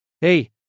hey